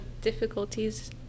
difficulties